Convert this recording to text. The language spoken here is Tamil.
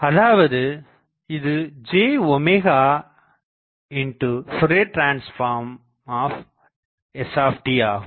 அதாவது இது j ஃபோரியர் டிரான்ஸ்பார்ம் s ஆகும்